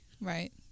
right